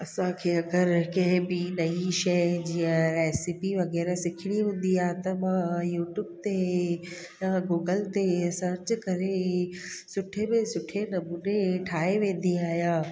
असांखे अगरि कंहिं बि नई शइ जीअं रेसिपी वग़ैरह सिखणी हूंदी आहे त मां यूट्यूब ते या गूगल ते सर्च करे सुठे में सुठे नमूने ठाहे वेंदी आहियां